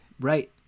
Right